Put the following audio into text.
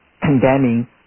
condemning